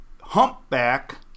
humpback